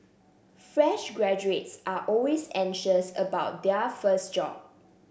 fresh graduates are always anxious about their first job